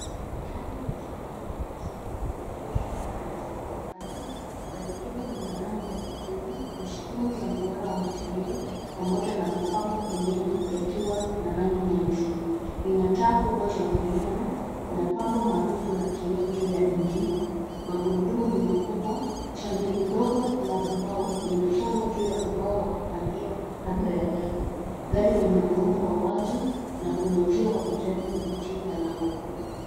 Gari la zamani kabisa lililoegeshwa kwenye mtaa wa makazi. Gari hilo ni la rangi ya kijivu na sehemu za mduara wa matairi pamoja na mapambo pembeni yakiwa na rangi nyeusi. Lina taa kubwa za mviringo na pambo maarufu la kioo juu ya injini. Magurudumu ni makubwa, sanduku ndogo la mbao limefungwa juu ya ubao wa kupandia kando ya gari. Gari lina muundo wa wazi na kuna uzio wa kijani kibichi na lango kuu.